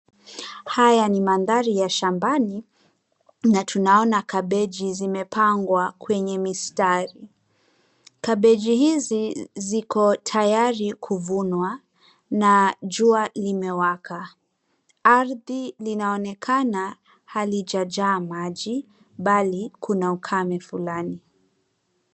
Haya ni mandhari ya shambani na tunaona kabeji zimepangwa kwenye mistari. Kabeji hizi ziko tayari kuvunwa na jua limewaka. Ardhi linaonekana halijajaa maji bali kuna ukame fulani.